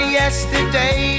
yesterday